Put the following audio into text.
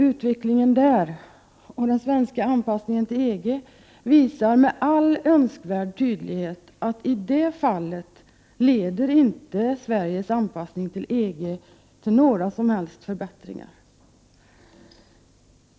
Utvecklingen av den svenska anpassningen till EG visar på detta område med all önskvärd tydlighet att denna där inte leder till några som helst förbättringar.